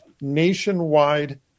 nationwide